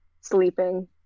Sleeping